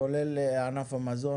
כולל ענף המזון,